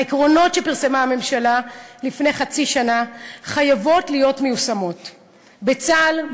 עקרונות שפרסמה הממשלה לפני חצי שנה חייבות להיות מיושמות בצה"ל,